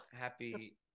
Happy